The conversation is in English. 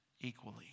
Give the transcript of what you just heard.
equally